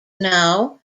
now